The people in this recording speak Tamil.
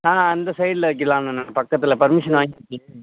ஆ அந்த சைடில் வைக்கலான்னுண்ண பக்கத்தில் பர்மிஷன் வாங்கிக்கிட்டு வைக்கலாம்